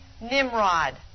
Nimrod